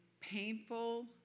painful